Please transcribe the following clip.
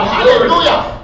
Hallelujah